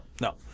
no